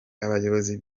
abayobozi